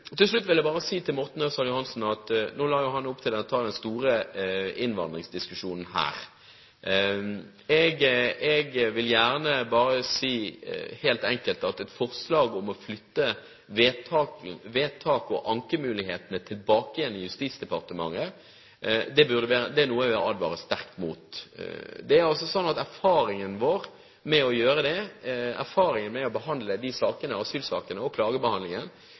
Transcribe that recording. Til slutt vil jeg si til Morten Ørsal Johansen at nå la han jo opp til å ta den store innvandringsdiskusjonen her. Jeg vil bare si helt enkelt at et forslag om å flytte vedtak og ankemuligheter tilbake til Justisdepartementet er noe jeg vil advare sterkt mot. Erfaringen vår med å behandle asylsakene og klagebehandlingen i Justisdepartementet er veldig negativ. Min erfaring fra den tiden er veldig negativ. Man risikerer å